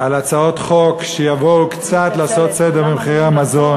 על הצעות חוק שיבואו לעשות קצת סדר במחירי המזון,